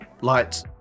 lights